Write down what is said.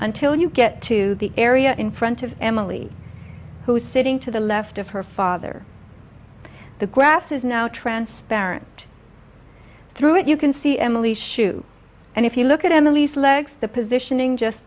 until you get to the area in front of emily who's sitting to the left of her father the grass is now transparent through it you can see emily shoe and if you look at emily's legs the positioning just